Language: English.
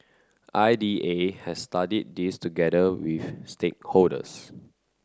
I D A has studied this together with stakeholders